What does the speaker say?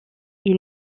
est